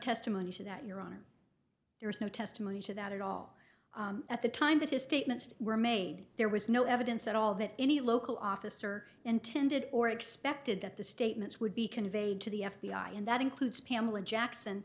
testimony to that your honor there is no testimony to that at all at the time that his statements were made there was no evidence at all that any local officer intended or expected that the statements would be conveyed to the f b i and that includes pamela jackson